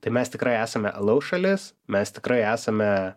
tai mes tikrai esame alaus šalis mes tikrai esame